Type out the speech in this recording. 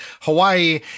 Hawaii